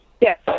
yes